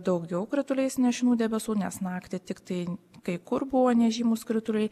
daugiau krituliais nešinų debesų nes naktį tiktai kai kur buvo nežymūs krituliai